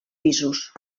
pisos